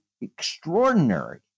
extraordinary